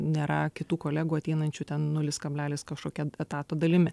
nėra kitų kolegų ateinančių ten nulis kablelis kažkokia etato dalimi